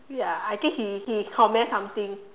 ya I think he he comment something